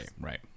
right